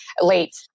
late